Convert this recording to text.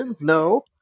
no